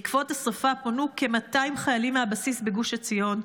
בעקבות השרפה פנו כ-200 חיילים מהבסיס בגוש עציון,